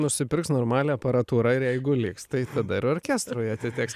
nusipirks normalią aparatūrą ir jeigu liks tai tada ir orkestrui atiteks